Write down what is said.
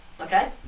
Okay